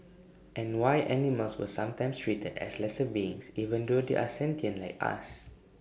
and why animals were sometimes treated as lesser beings even though they are sentient like us